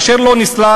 אשר לא נסלל,